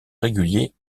régulier